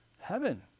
heaven